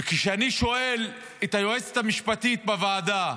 וכשאני שואל את היועצת המשפטית בוועדה: